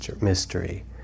mystery